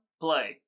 play